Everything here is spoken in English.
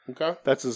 Okay